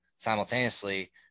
simultaneously